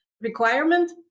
requirement